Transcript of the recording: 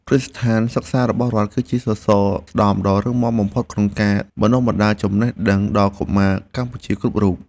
គ្រឹះស្ថានសិក្សារបស់រដ្ឋ គឺជាសសរស្តម្ភដ៏រឹងមាំបំផុតក្នុងការបណ្តុះបណ្តាលចំណេះដឹងដល់កុមារកម្ពុជាគ្រប់រូប។